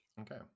Okay